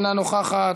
אינה נוכחת,